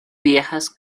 viejas